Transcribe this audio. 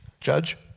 Judge